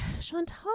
chantal